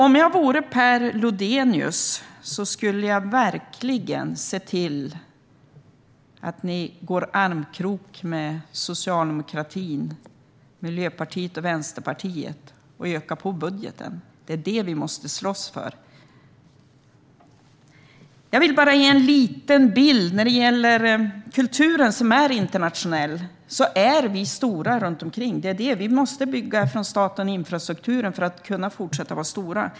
Om jag vore Per Lodenius skulle jag verkligen se till att gå armkrok med socialdemokratin, Miljöpartiet och Vänsterpartiet och öka på budgeten. Det är detta vi måste slåss för. Jag vill bara ge en liten bild när det gäller kulturen, som är internationell. Vi är stora runt omkring, och staten måste bygga infrastruktur för att vi ska kunna fortsätta att vara stora.